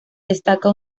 destaca